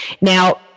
Now